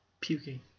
puking